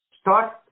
start